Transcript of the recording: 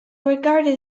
regarded